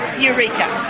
eureka!